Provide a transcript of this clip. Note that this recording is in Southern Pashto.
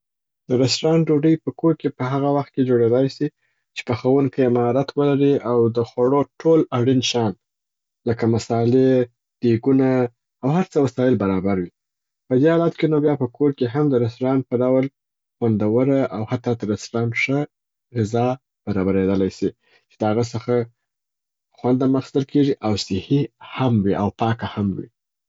د رسټورانټ ډوډۍ په کور کې په هغه وخت کي جوړیدای سي چې پخوونکي یې مهارت ولري او د خوړو ټول اړین شیان لکه مصالې، دیګونه او هر څه وسایل برابر وي. په دې حالت کې نو بیا په کور کې هم د رسټورانټ په ډول خوندوره او حتا تر رسټورانټ ښه غذا برابریدلای سي چې د هغه څخه خوند هم اخیستل کیږي او صحح هم وي او پاکه هم وي.